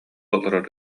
олорор